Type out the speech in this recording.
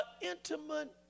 intimate